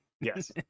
Yes